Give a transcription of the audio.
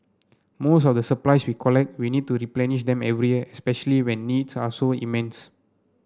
most of the supplies we collect we need to replenish them every year especially when needs are so immense